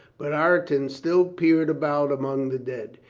but ireton still peered about among the dead.